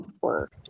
work